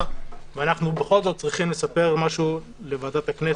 ואנחנו בכל זאת צריכים לספר משהו לוועדת הכנסת.